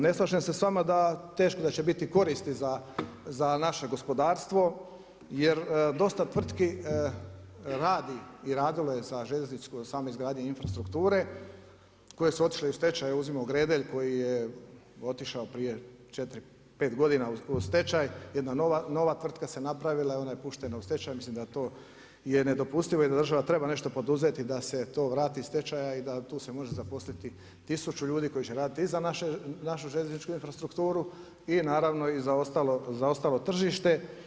Ne slažem se sa vama da teško da će biti koristi za naše gospodarstvo, jer dosta tvrtki radi i radilo je u samoj izgradnji infrastrukture koje su otišle u stečaj, uzimo Gredelj koji je otišao prije 4, 5 godina u stečaj, jedna nova tvrtka se napravila i ona je puštena u stečaj, mislim da je to nedopustivo i da država treba nešto poduzeti da se to vrati iz stečaja i da tu se može zaposliti tisuću ljudi koji će raditi i za našu željezničku infrastrukturu i na naravno i za ostalo tržište.